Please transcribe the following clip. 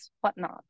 whatnot